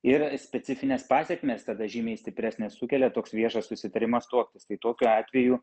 yra specifinės pasekmės tada žymiai stipresnės sukelia toks viešas susitarimas tuoktis tai tokiu atveju